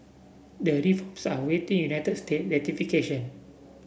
the are waiting United States ratification